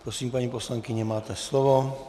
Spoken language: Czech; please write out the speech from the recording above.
Prosím, paní poslankyně, máte slovo.